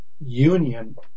union